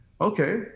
okay